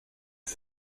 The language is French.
que